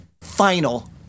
final